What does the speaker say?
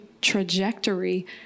trajectory